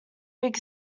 big